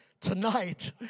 tonight